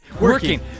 Working